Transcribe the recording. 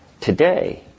today